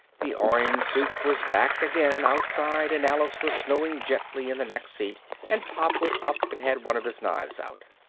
the orange soup was back again outside and alice was snoring gently in the next seat and pop was up and had one of his knives out.